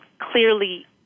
clearly